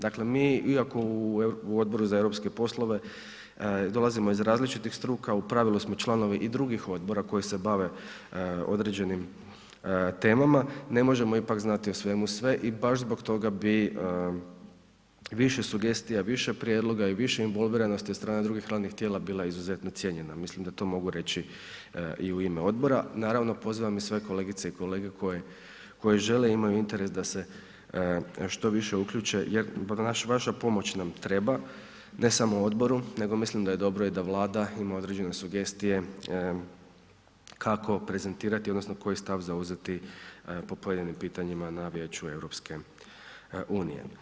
Dakle, mi iako u Odboru za europske poslove dolazimo iz različitih struka u pravilu smo i članovi drugih odbora koji se bave određenim temama, ne možemo ipak znati o svemu sve i baš zbog toga bi više sugestija, više prijedloga i više involviranosti od strane drugih radnih tijela bila izuzetno cijenjena, mislim da to mogu reći i u ime odbora, naravno pozivam i sve kolegice i kolege koje, koji žele i imaju interes da se što više uključe jer vaša pomoć nam treba, ne samo odboru nego mislim da je dobro i da Vlada ima određene sugestije kako prezentirati odnosno koji stav zauzeti po pojedinim pitanjima na vijeću EU.